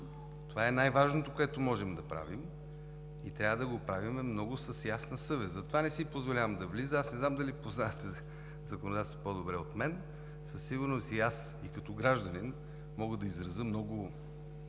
Това е най-важното, което можем да правим и трябва да го правим с много ясна съвест. Затова не си позволявам да влизам… Аз не знам дали познавате законодателството по-добре от мен, със сигурност и аз, и като гражданин, мога да изразя много